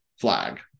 flag